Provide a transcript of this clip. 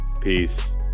Peace